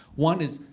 one is,